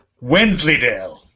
Wensleydale